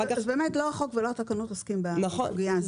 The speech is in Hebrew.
באמת לא החוק ולא התקנות עוסקים בסוגיה הזאת.